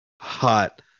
hot